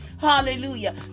hallelujah